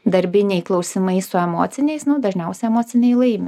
darbiniai klausimai su emociniais dažniausiai emociniai laimi